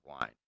line